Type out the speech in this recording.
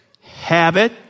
Habit